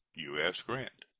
u s. grant.